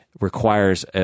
requires